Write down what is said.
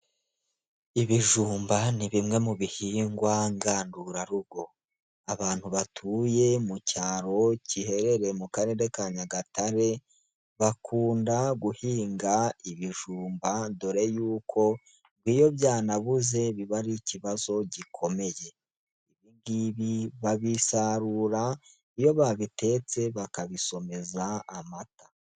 Ibijumba ni bimwe mu bihingwa ngandurarugo, abantu batuye mu cyaro giherereye mu karere ka Nyagatare, bakunda guhinga ibijumba dore y'uko iyo byanabuze biba ari ikibazo gikomeye, ibingibi babisarura iyo babitetse bakabisomeza amata.